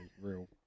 real